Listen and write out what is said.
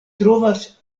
trovas